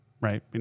right